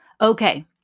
Okay